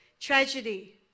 Tragedy